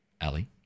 Ali